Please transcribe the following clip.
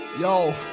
Yo